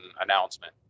announcement